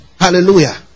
Hallelujah